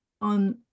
on